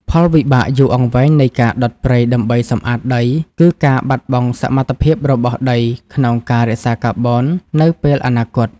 ផលវិបាកយូរអង្វែងនៃការដុតព្រៃដើម្បីសម្អាតដី គឺការបាត់បង់សមត្ថភាពរបស់ដីក្នុងការរក្សាកាបូននៅពេលអនាគត។